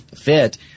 fit